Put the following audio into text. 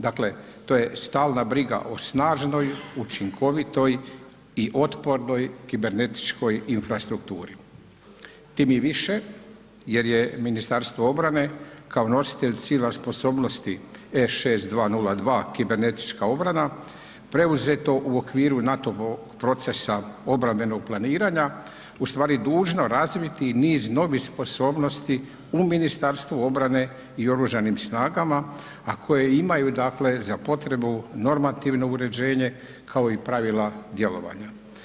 Dakle, to je stalna briga o snažnoj učinkovitoj i otpornoj kibernetičkoj infrastrukturi, tim i više jer je Ministarstvo obrane kao nositelj sila sposobnosti E6202 kibernetička obrana preuzeto u okviru NATO procesa obrambenog planiranja u stvari dužno razviti niz novih sposobnosti u ministarstvu obrane i oružanim snagama, a koje imaju dakle za potrebu normativno uređenje kao i pravila djelovanja.